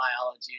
biology